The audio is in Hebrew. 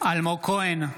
אלמוג כהן,